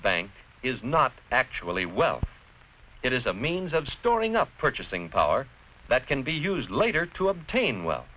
bank is not actually well it is a means of storing up purchasing power that can be used later to obtain well